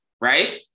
right